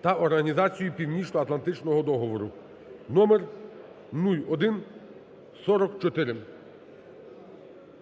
та Організацією Північноатлантичного договору (номер 0144).